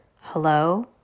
Hello